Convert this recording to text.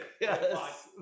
Yes